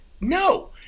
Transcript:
no